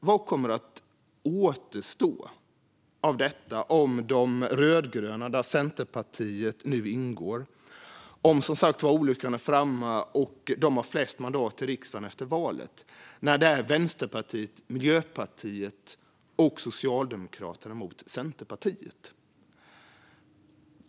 Vad kommer att återstå av detta om olyckan som sagt är framme och de rödgröna, där Centerpartiet nu ingår, har flest mandat i riksdagen efter valet - när det är Vänsterpartiet, Miljöpartiet och Socialdemokraterna mot Centerpartiet?